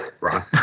Ron